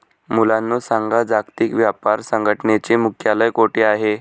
मुलांनो सांगा, जागतिक व्यापार संघटनेचे मुख्यालय कोठे आहे